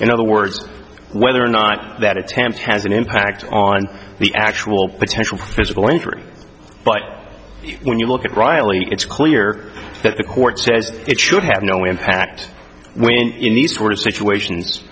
in other words whether or not that it's hands has an impact on the actual potential physical injury but when you look at riley it's clear that the court says it should have no impact in these sort of situations